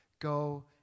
Go